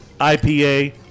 IPA